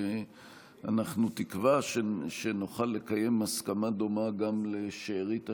שאנחנו תקווה שנוכל לקיים הסכמה דומה גם בשארית השבוע.